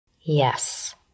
Yes